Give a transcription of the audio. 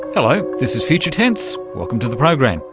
um this is future tense, welcome to the program,